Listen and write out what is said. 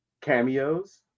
cameos